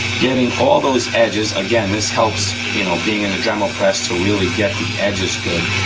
getting all those edges, again, this helps you know being in the dremel press, to really get the edges good,